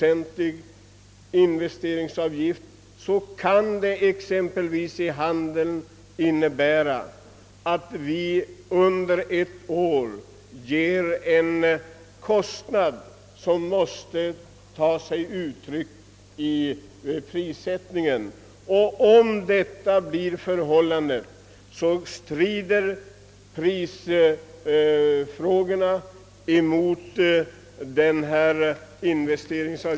En investeringsavgift på 25 procent kan exempelvis för handeln under ett visst år innebära en kostnad som måste ta sig uttryck i prissättningen. Då kommer alltså investeringsavgiften och prisfrågorna att stå i strid med varandra.